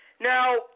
Now